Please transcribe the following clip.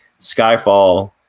Skyfall